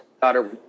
daughter